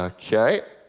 ah ok.